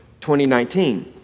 2019